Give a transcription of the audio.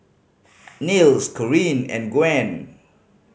Nils Corinne and Gwen